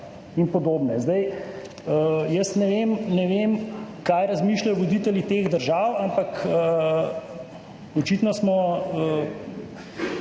in podobne. Zdaj jaz ne vem, kaj razmišljajo voditeljih teh držav, ampak so očitno